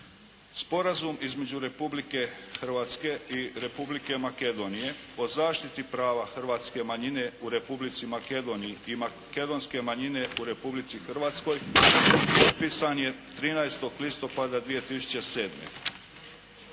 Sporazum između Republike Hrvatske i Republike Makedonije o zaštiti prava hrvatske manjine u Republici Makedoniji i makedonske manjine u Republici Hrvatskoj potpisan je 13. listopada 2007.